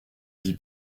vie